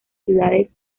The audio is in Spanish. ciudades